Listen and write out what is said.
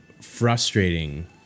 frustrating